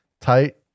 tight